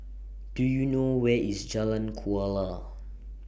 Do YOU know Where IS Jalan Kuala